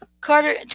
Carter